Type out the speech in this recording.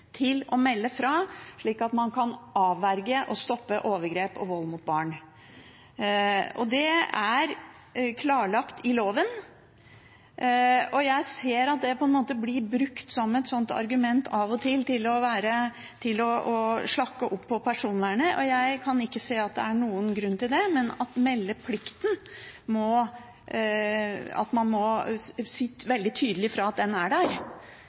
til å melde fra, slik at man kan avverge og stoppe overgrep og vold mot barn. Det er klarlagt i loven. Jeg ser at det blir brukt som et argument til av og til å slakke av på personvernet. Jeg kan ikke se at det er noen grunn til det, men man må si veldig tydelig fra at meldeplikten er der. Det er viktig. Eg skal ikkje forlenga debatten, men då representanten Andersen viste til at